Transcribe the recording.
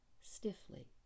stiffly